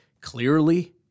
clearly